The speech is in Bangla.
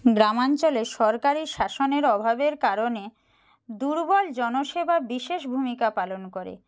গ্রামাঞ্চলে সরকারি শাসনের অভাবের কারণে দুর্বল জনসেবা বিশেষ ভূমিকা পালন করে